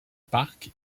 park